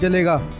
me go!